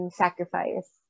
sacrifice